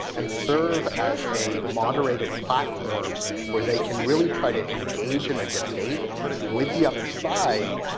and serve as a moderated platform where they can really try to engage in a debate with the other side,